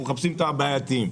אנחנו מחפשים את הבעייתיים.